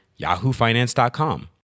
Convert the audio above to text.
yahoofinance.com